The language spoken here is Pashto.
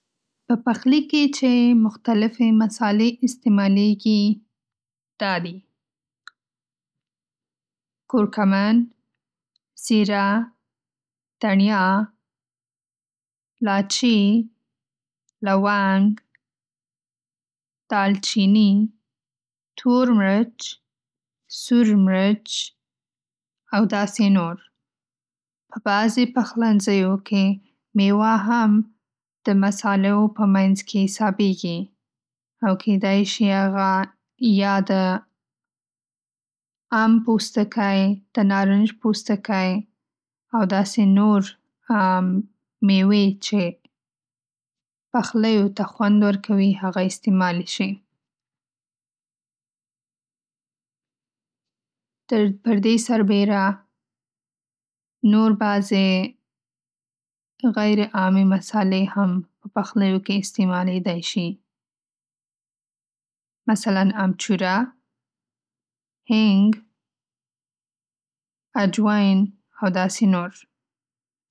په بخلي کې چې مختلفه مصالې استعمالېږي دا دی:‌کورکمن،‌زیره،‌دهڼیا،‌لاچي، لونګ،‌دالچیني،‌تور مرچ،‌سور مرچ او داسې نور. په بعضې پخلنځیو کې میوه هم د مصالحو په مینځ کې حسابیږي.او کېدی شي هغه د ام پوستکی،‌د نارنج پوستکی او داسې نور مېوې چې پخلیو ته خوند ورکوي هغه استعمالې شي. پر دې سربیره نور بعضې غیر عامې مصالحې په پخلیو کې استعمالیدای شيږ مثلا امچوره، هینګ،‌عجوین او داسې نور.